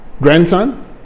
Grandson